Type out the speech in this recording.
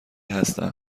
هستم